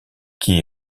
qui